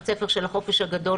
בית הספר של החופש הגדול,